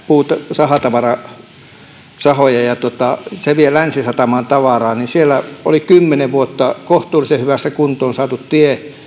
sahatavarasahoja ja se vie länsisatamaan tavaraa niin siellä oli kymmenen vuotta kohtuullisen hyvään kuntoon saatu tie